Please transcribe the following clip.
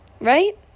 right